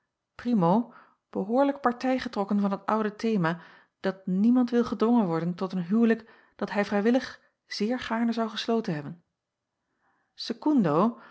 delen trokken van het oude thema dat niemand wil gedwongen worden tot een huwelijk dat hij vrijwillig zeer gaarne zou gesloten hebben